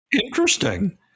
Interesting